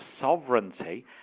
sovereignty